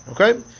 okay